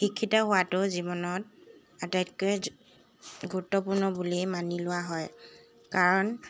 শিক্ষিত হোৱাটো জীৱনত আটাইতকৈ গুৰুত্বপূৰ্ণ বুলি মানি লোৱা হয় কাৰণ